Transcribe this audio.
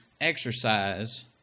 exercise